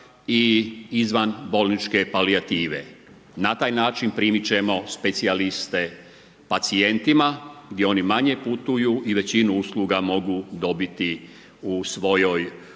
i izvanbolničke palijative. Na taj način primiti ćemo specijaliste pacijentima gdje oni manje putuju i većinu usluga mogu dobiti u svojoj